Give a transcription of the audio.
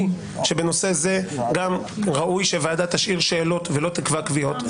בנושא הזה וגם ראוי שוועדה תשאיר שאלות ולא תקבע קביעות.